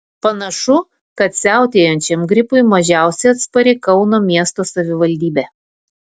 panašu kad siautėjančiam gripui mažiausiai atspari kauno miesto savivaldybė